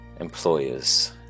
employers